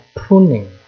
pruning